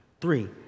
Three